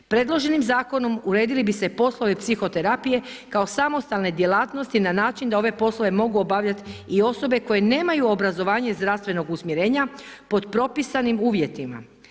Predloženim Zakonom uredili bi se poslovi psihoterapije kao samostalne djelatnosti na način da ove poslove mogu obavljati i osobe koje nemaju obrazovanje zdravstvenog usmjerenja pod propisanim uvjetima.